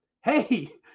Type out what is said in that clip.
hey